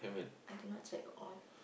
I did not check all